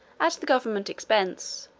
at the government expense,